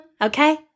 Okay